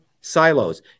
silos